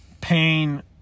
pain